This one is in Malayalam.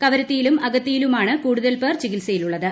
കവരത്തിയിലും അഗത്തിയിലുമാണ് കൂടുതൽ പേർ ചികിത്സയിലുള്ളത്